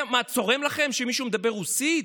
מה, צורם לכם שמישהו מדבר רוסית?